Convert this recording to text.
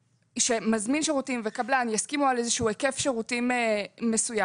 שמזמין שירותים וקבלן יסכימו על איזשהו היקף שירותים מסוים,